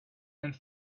and